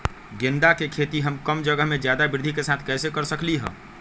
गेंदा के खेती हम कम जगह में ज्यादा वृद्धि के साथ कैसे कर सकली ह?